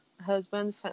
husband